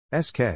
SK